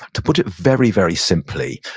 to put it very, very, simply,